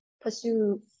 pursue